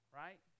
right